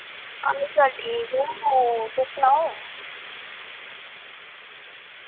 हाल चाल ठीक ऐ तुस सनाओ